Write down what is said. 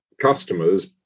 customers